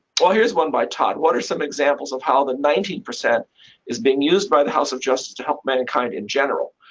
well, here's one by todd what are some examples of how the nineteen percent is being used by the house of justice to help mankind in general?